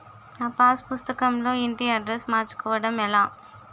నా పాస్ పుస్తకం లో ఇంటి అడ్రెస్స్ మార్చుకోవటం ఎలా?